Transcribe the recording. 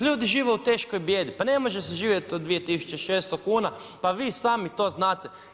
Ljudi žive u teškoj bijedi, pa ne može se živjeti od 2600 kn, pa vi sami to znate.